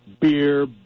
beer